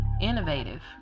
Innovative